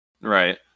right